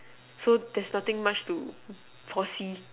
so that's nothing much to foresee